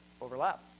overlap